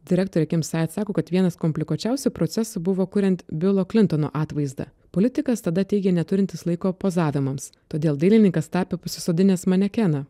direktorėkim sajat sako kad vienas komplikuočiausių procesų buvo kuriant bilo klintono atvaizdą politikas tada teigė neturintis laiko pozavimams todėl dailininkas tapė pasisodinęs manekeną